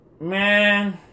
man